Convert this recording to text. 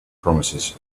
promises